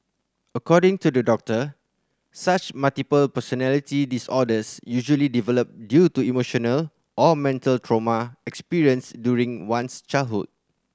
according to the doctor such multiple personality disorders usually develop due to emotional or mental trauma experienced during one's childhood